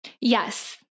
Yes